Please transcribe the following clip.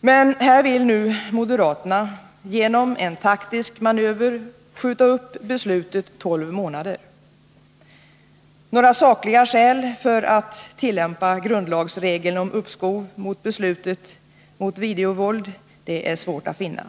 Men här vill nu moderaterna genom en taktisk manöver skjuta upp beslutet tolv månader. Några sakliga skäl för ett tillämpande av grundlagsregeln om uppskov med beslutet mot videovåld är det svårt att finna.